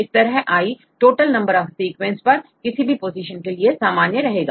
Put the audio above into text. इस तरह i total number of sequence पर किसी भी पोजीशन के लिए सामान्य रहेगा